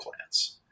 plants